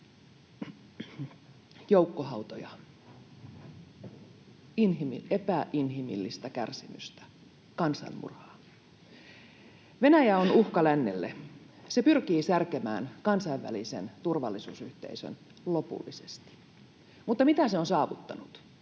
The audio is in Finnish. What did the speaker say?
joukkohautoja, epäinhimillistä kärsimystä, kansanmurhaa. Venäjä on uhka lännelle. Se pyrkii särkemään kansainvälisen turvallisuusyhteisön lopullisesti. Mutta mitä se on saavuttanut?